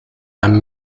einem